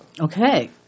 Okay